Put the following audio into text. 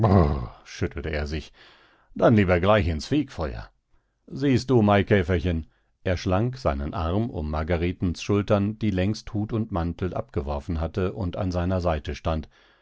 schüttelte er sich dann lieber gleich ins fegfeuer siehst du maikäferchen er schlang seinen arm um margaretens schultern die längst hut und mantel abgeworfen hatte und an seiner seite stand